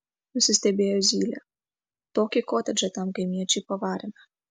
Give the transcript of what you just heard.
nusistebėjo zylė tokį kotedžą tam kaimiečiui pavarėme